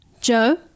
Joe